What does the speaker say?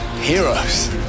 heroes